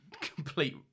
complete